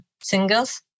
singles